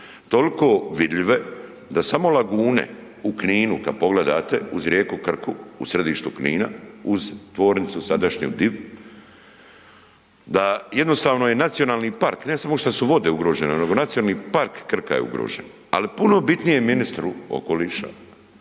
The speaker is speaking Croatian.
toliko vidljive da samo lagune u Kinu kad pogledate uz rijeku Krku u središtu Kina uz tvornicu sadašnju Div, da jednostavno je nacionalni park, ne samo šta su vode ugrožene nego Nacionalni park Krka je ugrožen, ali puno bitnije je ministru okoliša